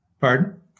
Pardon